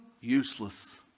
useless